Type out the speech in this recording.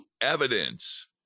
evidence